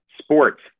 sports